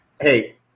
Hey